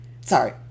sorry